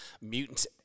mutant